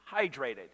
hydrated